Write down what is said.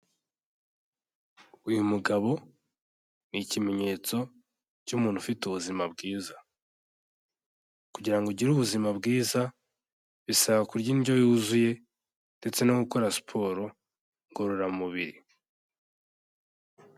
Uyu mugabo ni ikimenyetso cy'umuntu ufite ubuzima bwiza. Kugira ngo ugire ubuzima bwiza, bisaba kurya indyo yuzuye, ndetse no gukora siporo ngororamubiri.